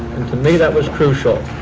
to me that was crucial.